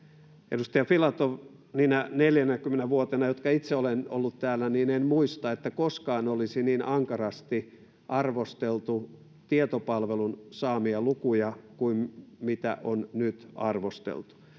edustaja filatov niinä neljänäkymmenenä vuotena jotka itse olen ollut täällä en muista että koskaan olisi niin ankarasti arvosteltu tietopalvelun saamia lukuja kuin on nyt arvosteltu